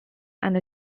and